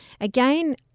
Again